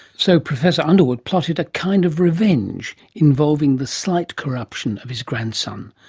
so professor underwood plotted a kind of revenge, involving the slight corruption of his grandson.